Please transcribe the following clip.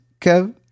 Kev